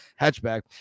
hatchback